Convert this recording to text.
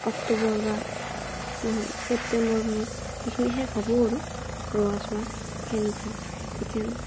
অক্টোবৰ বা নহয় ছেপ্টেম্বৰমানত সেইখিনি শেষ হ'ব আৰু ৰোৱা ছোৱা সেনেকুৱা ইতেন